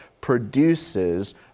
produces